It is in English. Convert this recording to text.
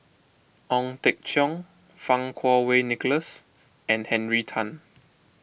Ong Teng Cheong Fang Kuo Wei Nicholas and Henry Tan